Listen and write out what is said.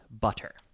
butter